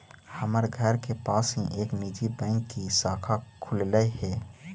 हमर घर के पास ही एक निजी बैंक की शाखा खुललई हे